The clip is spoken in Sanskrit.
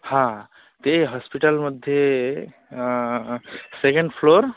हा ते हास्पिटल्मध्ये सेकेण्ड् फ़्लोर्